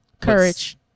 Courage